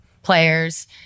players